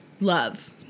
love